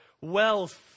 Wealth